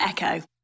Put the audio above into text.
Echo